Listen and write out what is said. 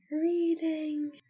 reading